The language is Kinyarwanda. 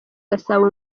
gasabo